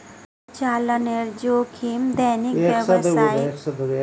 परिचालनेर जोखिम दैनिक व्यावसायिक गतिविधियों, प्रक्रियाओं आर प्रणालियोंर संचालीतेर हबार जोखिम छेक